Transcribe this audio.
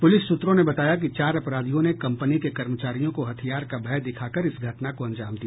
police सूत्रों ने बताया कि चार अपराधियों ने कंपनी के कर्मचारियों को हथियार का भय दिखाकर इस घटना को अंजाम दिया